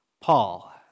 Paul